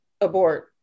abort